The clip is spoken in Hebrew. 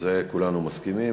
כולנו מסכימים.